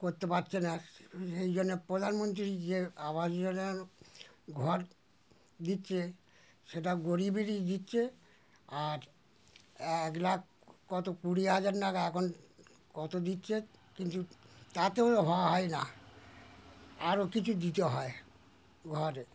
করতে পারছে না সেই জন্য প্রধানমন্ত্রী যে আবাস যোজনা ঘর দিচ্ছে সেটা গরিবেরই দিচ্ছে আর এক লাখ কত কুড়ি হাজার নাকি এখন কত দিচ্ছে কিন্তু তাতেও হওয়া হয় না আরও কিছু দিতে হয় ঘরে